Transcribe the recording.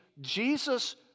Jesus